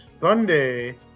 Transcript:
Sunday